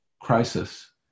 crisis